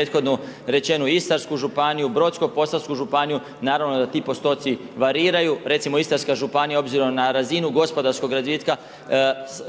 prethodno rečenu Istarsku županiju, Brodsko-posavsku županiju naravno da ti postoci variraju. Recimo Istarska županija obzirom na razinu gospodarskog razvitka